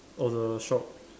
on the shop